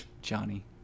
Johnny